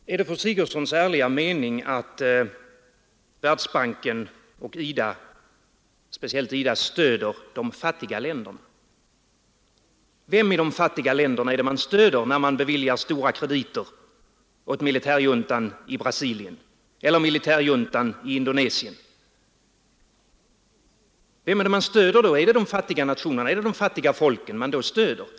Herr talman! Är det fru Sigurdsens ärliga mening att Världsbanken och speciellt IDA stöder de fattiga länderna? Vem i de fattiga länderna är det man stöder när man beviljar stora krediter åt militärjuntan i Brasilien eller militärjuntan i Indonesien? Är det de fattiga nationerna och de fattiga folken man då stöder?